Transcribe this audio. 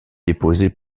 déposés